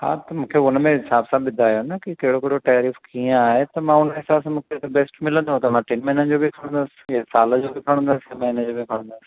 हा त मूंखे उनमें हिसाब सां ॿुधायो न के कहिड़ो कहिड़ो टैरिफ़ कीअं आहे त मां उन हिसाब सां मूंखे त बेस्ट मिलंदो त मां टिनि महीननि जो बि खणंदसि साल जो बि खणंदसि महीने जो बि खणंदसि